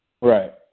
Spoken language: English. Right